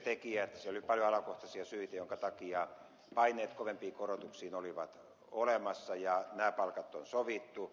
siellä oli paljon alakohtaisia syitä joiden takia paineet kovempiin korotuksiin olivat olemassa ja nämä palkat on sovittu